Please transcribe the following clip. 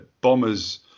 Bombers